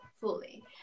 fully